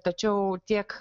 tačiau tiek